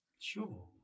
Sure